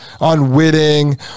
unwitting